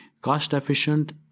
cost-efficient